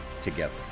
together